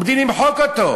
עומדים למחוק אותו.